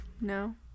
No